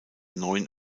neuen